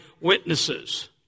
witnesses